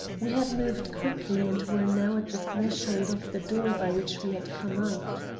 we had moved quickly and were now at the threshold of the door by which we had come out.